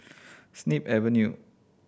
Snip Avenue